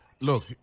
look